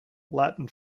latin